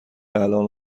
الان